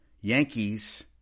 Yankees